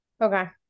Okay